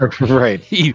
Right